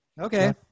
Okay